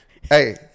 Hey